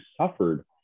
suffered